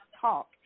Talk